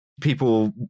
people